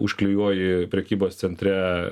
užklijuoji prekybos centre